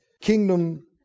kingdom